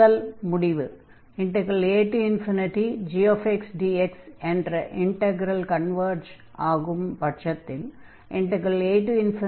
முதல் முடிவு agxdx என்ற இன்டக்ரல் கன்வர்ஜ் ஆகும் பட்சத்தில் afxdx